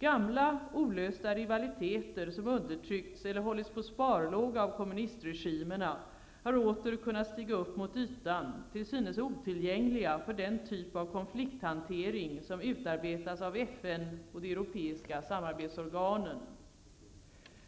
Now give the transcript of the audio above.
Gamla, olösta rivaliteter, som undertryckts eller hållits på sparlåga av kommunistregimerna, har åter kunnat stiga upp mot ytan, till synes otillgängliga för den typ av konflikthantering som utarbetas av FN och de europeiska samarbetsorganen.